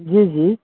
जी जी